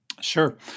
Sure